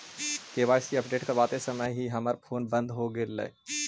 KYC update करवाते समय ही हमर फोन बंद हो गेलई